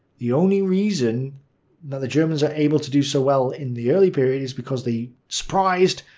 the only reason that the germans are able to do so well in the early period is because they surprised,